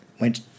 went